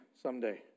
someday